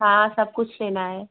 हाँ सब कुछ लेना है